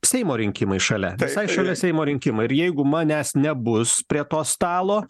seimo rinkimai šalia visai šalia seimo rinkimai ir jeigu manęs nebus prie to stalo